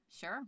sure